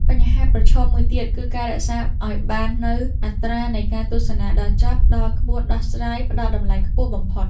បញ្ហាប្រឈមមួយទៀតគឺការរក្សាឱ្យបាននូវ អត្រានៃការទស្សនាដល់ចប់ ដែលក្បួនដោះស្រាយផ្ដល់តម្លៃខ្ពស់បំផុត។